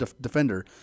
Defender